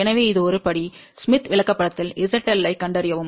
எனவே இது ஒரு படி ஸ்மித் விளக்கப்படத்தில் zL ஐக் கண்டறியவும்